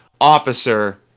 officer